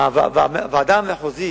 הוועדה המחוזית,